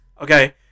Okay